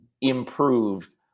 improved